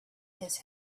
his